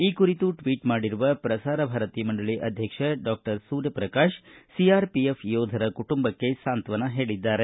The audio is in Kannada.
ಈ ಕುರಿತು ಟ್ವೀಟ್ ಮಾಡಿರುವ ಪ್ರಸಾರ ಭಾರತಿ ಮಂಡಳಿ ಅಧ್ಯಕ್ಷ ಡಾ ಸೂರ್ಯ ಪ್ರಕಾಶ್ ಸಿಆರ್ಪಿಎಫ್ ಯೋಧರ ಕುಟುಂಬಕ್ಕೆ ಸಾಂತ್ವನ ಹೇಳಿದ್ದಾರೆ